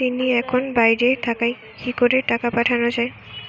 তিনি এখন বাইরে থাকায় কি করে টাকা পাঠানো য়ায়?